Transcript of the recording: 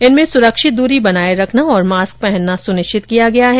इनमें सुरक्षित दूरी बनाए रखना और मास्क पहनना सुनिश्चित किया गया है